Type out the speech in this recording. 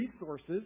resources